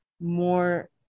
more